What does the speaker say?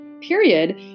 period